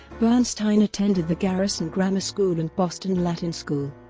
bernstein attended the garrison grammar school and boston latin school.